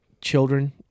children